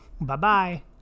Bye-bye